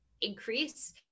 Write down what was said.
increase